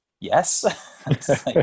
yes